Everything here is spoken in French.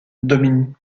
domine